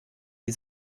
die